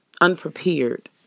unprepared